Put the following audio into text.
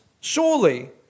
Surely